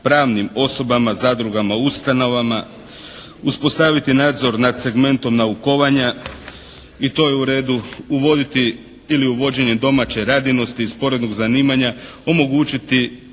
pravnim osobama, zadrugama, ustanovama. Uspostaviti nadzor nad segment naukovanja. I to je u redu. Uvoditi ili uvođenjem domaće radinosti, sporednog zanimanja, omogućiti